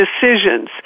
decisions